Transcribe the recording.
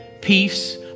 peace